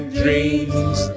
dreams